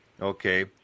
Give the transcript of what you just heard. okay